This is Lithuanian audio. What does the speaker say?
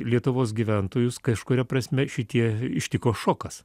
lietuvos gyventojus kažkuria prasme šitie ištiko šokas